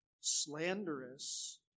slanderous